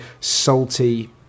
salty